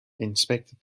inspected